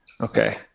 Okay